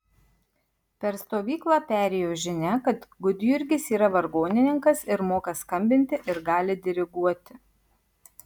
per stovyklą perėjo žinia kad gudjurgis yra vargonininkas ir moka skambinti ir gali diriguoti